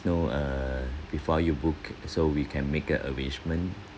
know err before you book so we can make a arrangement